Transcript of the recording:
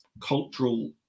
cultural